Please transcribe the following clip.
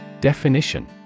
Definition